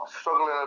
struggling